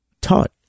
taught